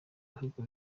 bihugu